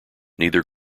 neither